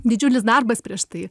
didžiulis darbas prieš tai